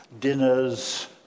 dinners